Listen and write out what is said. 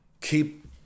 keep